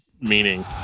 meaning